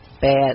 bad